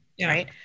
right